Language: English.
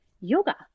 yoga